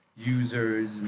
users